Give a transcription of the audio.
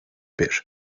bir